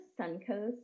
Suncoast